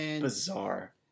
Bizarre